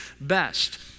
best